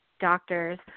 doctors